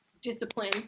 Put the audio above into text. discipline